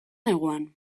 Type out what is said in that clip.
neguan